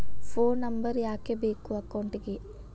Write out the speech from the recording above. Phone number ಯಾಕೆ ಬೇಕು ಅಕೌಂಟಿಗೆ?